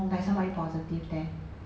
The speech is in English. like somebody positive there